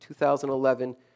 2011